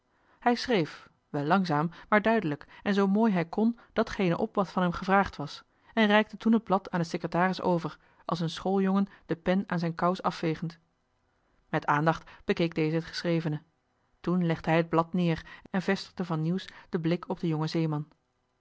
hij schreef wel langzaam maar duidelijk en zoo mooi hij kon datgene op wat van hem gevraagd was joh h been paddeltje de scheepsjongen van michiel de ruijter en reikte toen het blad aan den secretaris over als een schooljongen de pen aan zijn kous afvegend met aandacht bekeek deze het geschrevene toen legde hij het blad neer en vestigde van nieuws den blik op den jongen zeeman